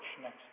next